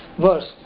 verse